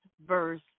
verse